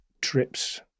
trips